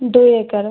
ଦୁଇ ଏଗାର